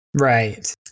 Right